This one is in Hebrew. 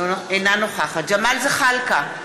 אינה נוכחת ג'מאל זחאלקה,